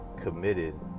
committed